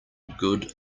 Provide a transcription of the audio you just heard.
good